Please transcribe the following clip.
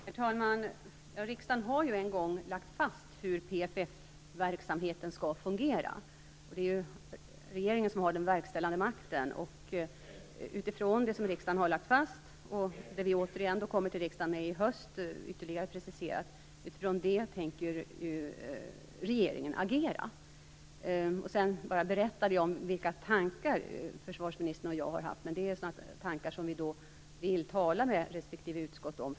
Herr talman! Riksdagen har ju en gång lagt fast hur PFF-verksamheten skall fungera. Det är regeringen som har den verkställande makten, och utifrån det som riksdagen har lagt fast och de ytterligare preciseringar vi kommer till riksdagen med i höst tänker regeringen agera. Sedan berättade jag bara om vilka tankar försvarsministern och jag har haft, men det är tankar som vi först vill tala med respektive utskott om.